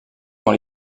dans